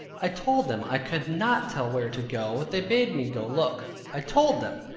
i told them, i could not tell where to go, they bade me go look i told them,